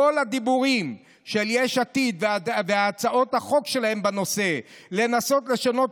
כל הדיבורים של יש עתיד והצעות החוק שלהם בנושא לנסות לשנות